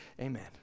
amen